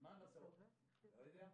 "מה עם הסעות?" ונענו: "לא יודעים".